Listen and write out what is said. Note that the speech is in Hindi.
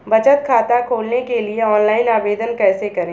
बचत खाता खोलने के लिए ऑनलाइन आवेदन कैसे करें?